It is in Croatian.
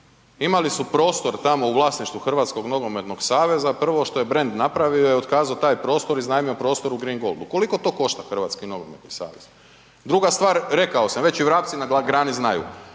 imali su prostor tamo u vlasništvu HNS-a, prvo što je brend napravio je otkazao taj prostor, iznajmio prostor u Green Goldu. Koliko to košta HNS? Druga stvar, rekao sam već i vrapci na grani znaju.